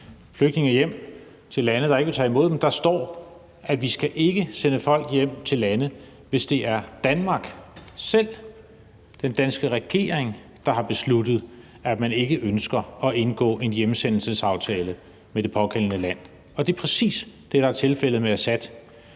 flygtninge hjem til lande, der ikke vil tage imod dem. Der står, at vi ikke skal sende folk hjem til lande, hvis det er Danmark selv, den danske regering, der har besluttet, at man ikke ønsker at indgå en hjemsendelsesaftale med det pågældende land, og det er præcis det, der er tilfældet med Assads